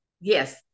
Yes